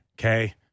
Okay